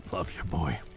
love ya, boy.